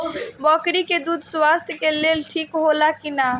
बकरी के दूध स्वास्थ्य के लेल ठीक होला कि ना?